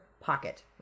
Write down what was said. pocket